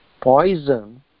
poison